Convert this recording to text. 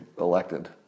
elected